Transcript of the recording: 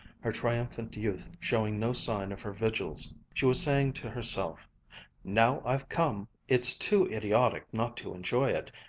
her triumphant youth showing no sign of her vigils. she was saying to herself now i've come, it's too idiotic not to enjoy it.